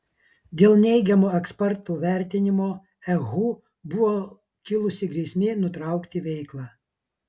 dėl neigiamo ekspertų vertinimo ehu buvo kilusi grėsmė nutraukti veiklą